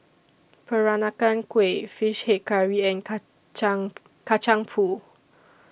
Peranakan Kueh Fish Head Curry and Kacang Kacang Pool